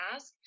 Ask